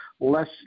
less